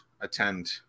attend